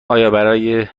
برای